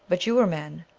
but you were men.